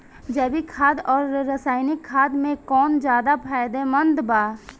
जैविक खाद आउर रसायनिक खाद मे कौन ज्यादा फायदेमंद बा?